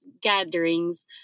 gatherings